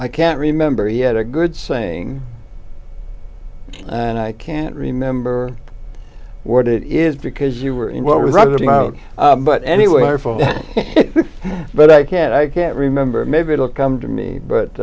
i can't remember he had a good saying and i can't remember what it is because you were in what was rather about but anyway but i can't i can't remember maybe it'll come to me